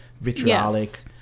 vitriolic